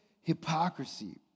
hypocrisy